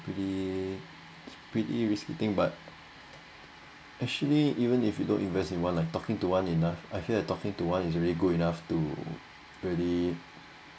is a pretty pretty risky thing but actually even if you don't invest in one like talking to one enough I feel like talking to one is really good enough to really